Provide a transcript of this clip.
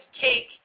take